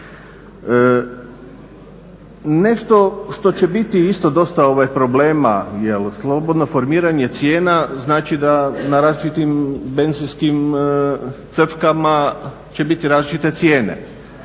Nešto što će biti isto dosta problema jer slobodno formiranje cijena znači da na različitim benzinskim crpkama će biti različite cijene.